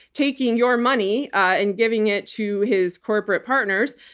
taking your money and giving it to his corporate partners,